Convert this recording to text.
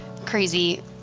Crazy